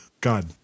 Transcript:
God